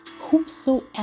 whosoever